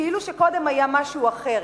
כאילו שקודם היה משהו אחר,